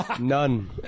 None